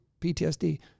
PTSD